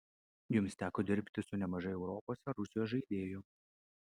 jums teko dirbti su nemažai europos ar rusijos žaidėjų